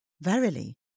Verily